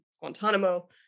Guantanamo